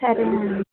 సరే నండి